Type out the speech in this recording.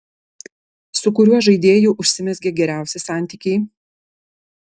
su kuriuo žaidėju užsimezgė geriausi santykiai